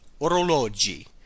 orologi